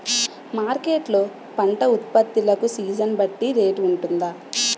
Market లొ పంట ఉత్పత్తి లకు సీజన్ బట్టి రేట్ వుంటుందా?